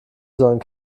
sondern